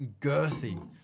girthy